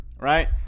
right